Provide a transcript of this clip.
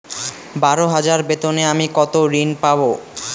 বারো হাজার বেতনে আমি কত ঋন পাব?